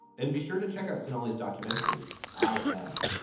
and be sure to check out sun always documentary i am,